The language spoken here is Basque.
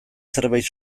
zerbait